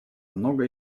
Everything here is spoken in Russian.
многое